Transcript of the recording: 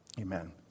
amen